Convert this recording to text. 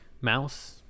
Mouse